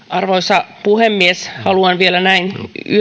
arvoisa puhemies haluan vielä näin